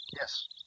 Yes